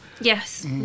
Yes